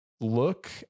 look